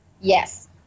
Yes